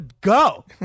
go